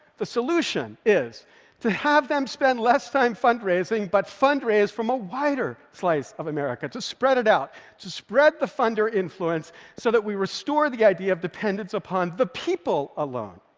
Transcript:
the solution is to have them spend less time fundraising but fundraise from a wider slice of americans, to spread it out, to spread the funder influence so that we restore the idea of dependence upon the people alone.